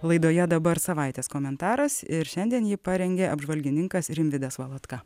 laidoje dabar savaitės komentaras ir šiandien ji parengė apžvalgininkas rimvydas valatka